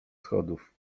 schodów